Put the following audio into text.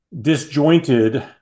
disjointed